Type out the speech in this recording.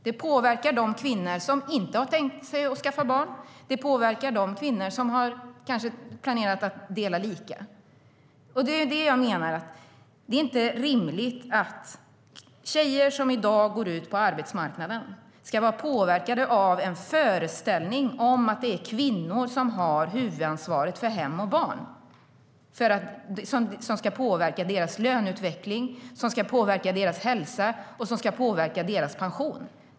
Det påverkar de kvinnor som inte har tänkt skaffa barn. Det påverkar de kvinnor som kanske har planerat att dela lika. Det är inte rimligt att tjejer som i dag går ut på arbetsmarknaden ska vara påverkade av en föreställning om att det är kvinnor som har huvudansvaret för hem och barn. Detta påverkar deras löneutveckling, deras hälsa och deras pension.